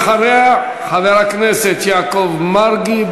ואחריה, חבר הכנסת יעקב מרגי.